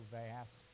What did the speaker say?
vast